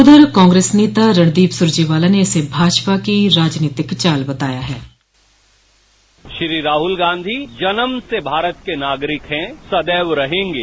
उधर कांग्रेस नेता रणदीप सुरजेवाला ने इसे भाजपा की राजनीतिक चाल बताया है श्री राहुल गांधी जन्म से भारत के नागरिक हैं सदैव रहेंगे